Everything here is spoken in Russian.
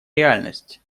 реальность